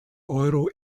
euro